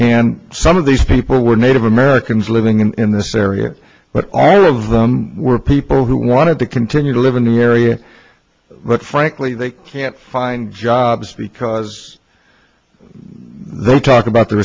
and some of these people were native americans living in this area but all of them were people who wanted to continue to live in the area but frankly they can't find jobs because they talk about the